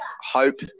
hope